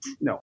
No